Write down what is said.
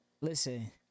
listen